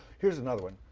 here's another one.